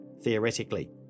Theoretically